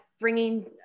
bringing